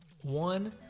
One